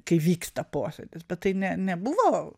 kai vyksta posėdis bet tai ne nebuvo